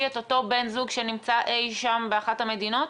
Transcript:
את אותו בן זוג שנמצא אי שם באחת המדינות?